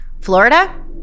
Florida